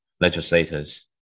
legislators